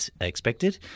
expected